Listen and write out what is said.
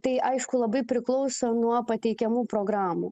tai aišku labai priklauso nuo pateikiamų programų